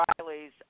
Riley's